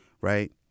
right